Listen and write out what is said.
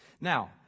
Now